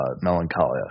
melancholia